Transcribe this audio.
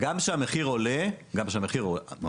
הגם שהמחיר עולה עכשיו,